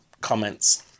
comments